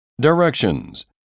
Directions